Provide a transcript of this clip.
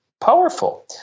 powerful